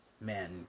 men